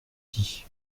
dis